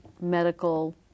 Medical